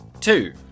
two